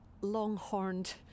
long-horned